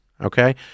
Okay